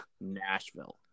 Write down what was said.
Nashville